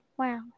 Wow